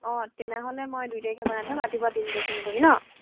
অঁ তেনেহ'লে মই দুই তাৰিখে বনাই থম ৰাতিপুৱা তিনি তাৰিখে নিবহি ন